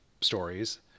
stories